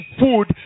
food